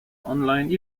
online